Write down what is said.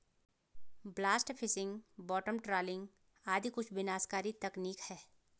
blast fishing, bottom trawling आदि कुछ विनाशकारी तकनीक है